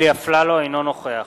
אינו נוכח